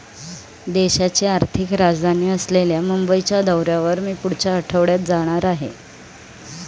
देशाची आर्थिक राजधानी असलेल्या मुंबईच्या दौऱ्यावर मी पुढच्या आठवड्यात जाणार आहे